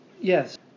Yes